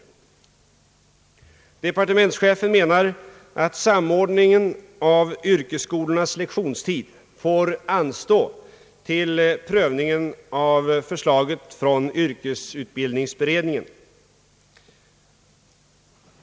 Departementschefen menar att samordningen av yrkesskolornas lektionstid får anstå till prövningen av förslaget från yrkesutbildningsberedningen.